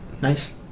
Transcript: Nice